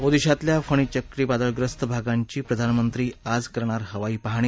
ओदिशातल्या फणी चक्रीवादळग्रस्त भागांची प्रधानमंत्री आज करणार हवाई पाहणी